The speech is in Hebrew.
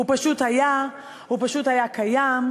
הוא פשוט היה, הוא פשוט היה קיים.